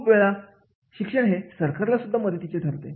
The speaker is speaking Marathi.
खूप वेळा शिक्षण हे सरकारला सुद्धा मदतीचे ठरते